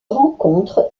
rencontre